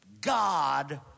God